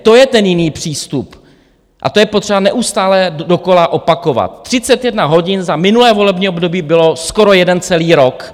To je ten jiný přístup a to je potřeba neustále dokola opakovat: 31 hodin za minulé volební období byl skoro jeden celý rok.